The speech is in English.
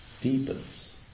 deepens